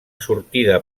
sortida